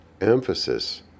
emphasis